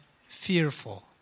fearful